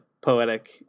poetic